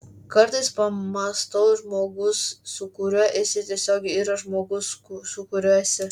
kartais pamąstau žmogus su kuriuo esi tiesiog yra žmogus su kuriuo esi